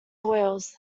boils